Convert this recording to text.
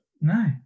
No